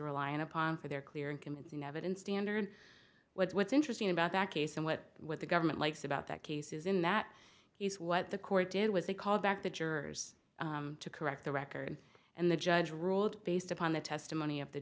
relying upon for their clear and convincing evidence standard what's interesting about that case and what what the government likes about that case is in that use what the court did was they called back the jurors to correct the record and the judge ruled based upon the testimony of the